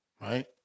right